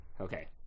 Okay